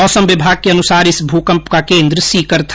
मौसम विमाग के अनुसार इस भूकंप का केन्द्र सीकर था